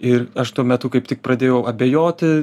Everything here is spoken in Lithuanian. ir aš tuo metu kaip tik pradėjau abejoti